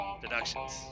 deductions